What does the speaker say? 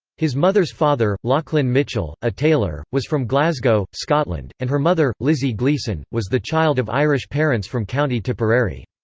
his mother's father, lauchlin mitchell, a tailor, was from glasgow, scotland, and her mother, lizzie gleason, was the child of irish parents from county tipperary.